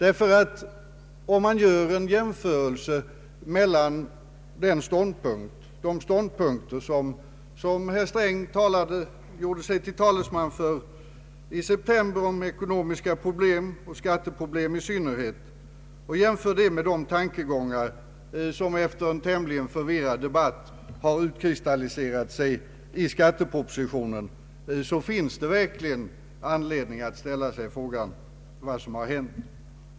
Vid en jämförelse mellan de ståndpunkter, som herr Sträng gjorde sig till talesman för i september förra året om ekonomiska problem och skatteproblem i synnerhet, och de tankegångar som efter en tämligen förvirrad debatt har utkristalliserat sig i skattepropositionen, så har man verkligen anledning att fråga sig vad som har hänt med finansministern.